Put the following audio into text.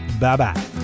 Bye-bye